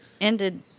ended